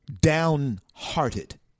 Downhearted